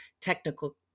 Technical